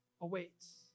awaits